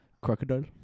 Crocodile